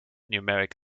numeric